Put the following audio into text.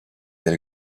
del